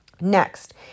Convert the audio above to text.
Next